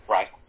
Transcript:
Right